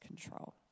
control